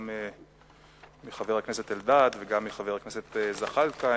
גם מחבר הכנסת אלדד וגם מחבר הכנסת זחאלקה,